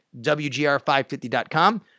WGR550.com